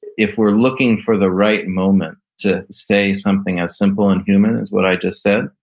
if we're looking for the right moment to say something as simple and human as what i just said,